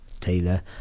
Taylor